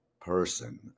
person